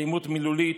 אלימות מילולית,